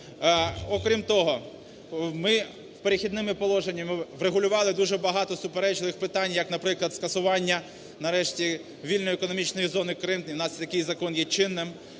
Окрім того, ми "Перехідними положеннями" врегулювали дуже багато суперечливих питань, як, наприклад, скасування нарешті вільної економічної зони "Крим", і у нас такий закон є чинним.